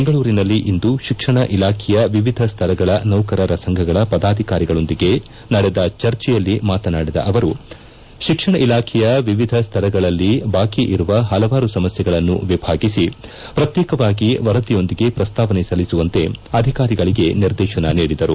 ಬೆಂಗಳೂರಿನಲ್ಲಿಂದು ಶಿಕ್ಷಣ ಇಲಾಖೆಯ ವಿವಿಧ ಸ್ತರಗಳ ನೌಕರರ ಸಂಘಗಳ ಪದಾಧಿಕಾರಿಗಳೊಂದಿಗೆ ನಡೆದ ಚರ್ಚೆಯಲ್ಲಿ ಮಾತನಾಡಿದ ಅವರು ಶಿಕ್ಷಣ ಇಲಾಖೆಯ ವಿವಿಧ ಸ್ತರಗಳಲ್ಲಿ ಬಾಕಿ ಇರುವ ಪಲವಾರು ಸಮಸ್ಕೆಗಳನ್ನು ವಿಭಾಗಿಸಿ ಪ್ರಕ್ಶೇಕವಾಗಿ ವರದಿಯೊಂದಿಗೆ ಪ್ರಸ್ತಾವನೆ ಸಲ್ಲಿಸುವಂತೆ ಅಧಿಕಾರಿಗಳಿಗೆ ನಿರ್ದೇಶನ ನೀಡಿದರು